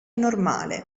normale